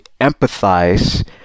empathize